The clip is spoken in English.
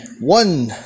one